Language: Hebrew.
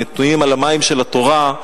נטועים על המים של התורה,